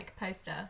poster